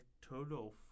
total